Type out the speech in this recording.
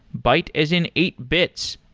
byte as in eight bits.